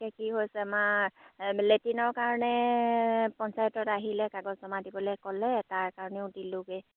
তাকে কি হৈছে আমাৰ লেটিনৰ কাৰণে পঞ্চায়তত আহিলে কাগজ জমা দিবলৈ ক'লে তাৰ কাৰণেও দিলোঁগৈ